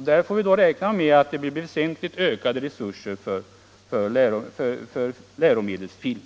Då kan vi räkna med väsentligt ökade resurser för läromedelsfilm.